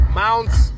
mounts